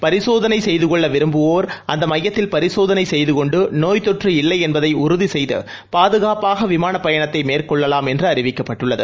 பரிசோதனை செய்து கொள்ள விரும்புவோர் அந்த எமயத்தில் பரிசோதனை செய்து கொண்டு நோய்த் தொற்று இல்லை என்பதை உறுதி செய்து பாதுகாப்பாக விமான பயணத்தை மேற்கொள்ளலாம் என்று அறிவிக்கப்பட்டுள்ளது